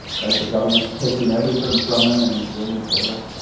right, the governmentis taking everything from him and he's wearing a barrel.